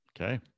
Okay